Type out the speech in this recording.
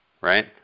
right